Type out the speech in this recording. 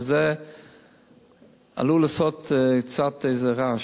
וזה עלול לעשות קצת רעש: